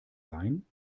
rhein